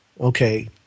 Okay